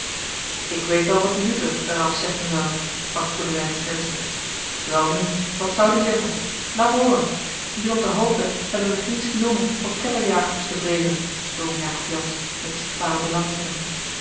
ik weet wel wat luther er af zeggen zou sprak goedelijns ernstig welnu wat zou die zeggen laat hooren hier op de hoogte hebben wij geen spionnen of ketterjagers te vreezen drong jacob jansz met zichtbare belangstelling